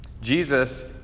jesus